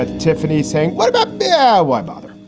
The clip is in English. ah tiffany saying, what about bill? yeah why bother?